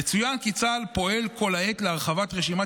יצוין כי צה"ל פועל כל העת להרחבת רשימת